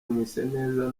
mwiseneza